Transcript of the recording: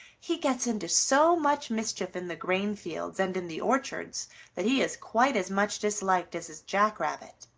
he gets into so much mischief in the grain fields and in the orchards that he is quite as much disliked as is jack rabbit.